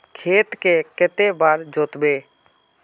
खेत के कते बार जोतबे?